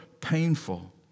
painful